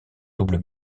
double